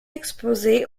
exposée